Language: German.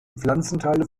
pflanzenteile